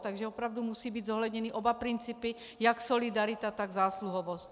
Takže opravdu musí být zohledněny oba principy, jak solidarita, tak zásluhovost.